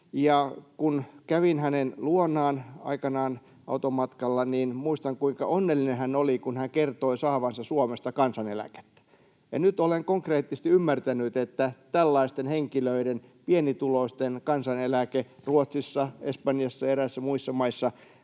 Kun kävin hänen luonaan aikanaan automatkalla, niin muistan, kuinka onnellinen hän oli, kun hän kertoi saavansa Suomesta kansaneläkettä. Nyt olen konkreettisesti ymmärtänyt, että tällaisten henkilöiden, pienituloisten, kansaneläke Ruotsissa, Espanjassa ja eräissä muissa maissa